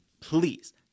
please